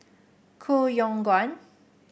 Koh Yong Guan